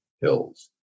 hills